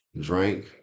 drink